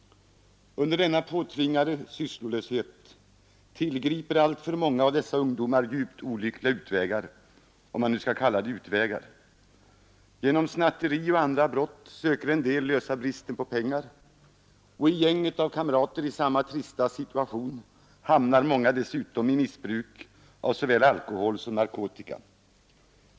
Under denna påtvingade sysslolöshet tillgriper alltför många av dessa ungdomar djupt olyckliga utvägar — om man skall kalla det utvägar. Genom snatteri och andra brott söker en del lösa bristen på pengar, och i gänget av kamrater i samma trista situation hamnar många dessutom i missbruk av såväl alkohol som narkotika.